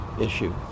issue